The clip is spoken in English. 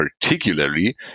particularly